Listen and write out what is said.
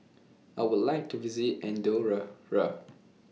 I Would like to visit Andorra Ra